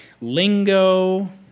lingo